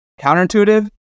counterintuitive